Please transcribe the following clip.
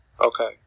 Okay